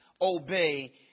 obey